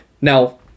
now